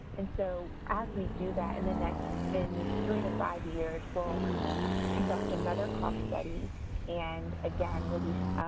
and so, as we do that in the next in three to five years, we'll conduct another cost study and, again, we'll,